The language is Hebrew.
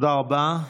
תודה רבה.